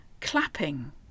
Clapping